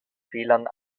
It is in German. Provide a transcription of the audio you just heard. fehlern